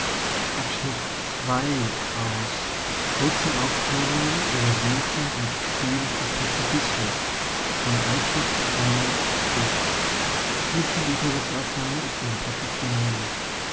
kurze aufklärungen über wesen und ziel des pazifismus